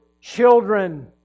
children